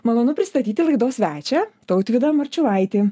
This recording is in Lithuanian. malonu pristatyti laidos svečią tautvydą marčiulaitį